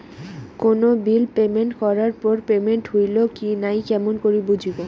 কোনো bill payment করার পর পেমেন্ট হইল কি নাই কেমন করি বুঝবো?